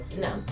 No